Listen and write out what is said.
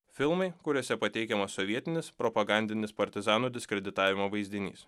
filmai kuriuose pateikiamas sovietinis propagandinis partizanų diskreditavimo vaizdinys